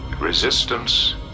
Resistance